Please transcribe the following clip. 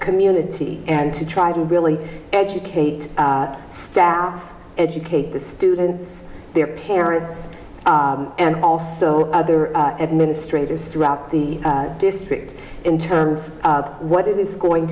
community and to try to really educate staff educate the students their parents and also other administrators throughout the district in terms of what it's going